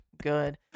good